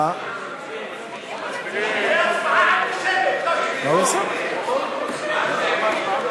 זו הצבעה אנטישמית, לא שמית.